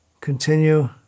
continue